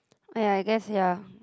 oh ya I guess ya